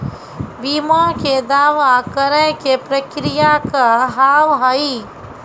बीमा के दावा करे के प्रक्रिया का हाव हई?